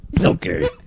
Okay